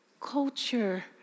culture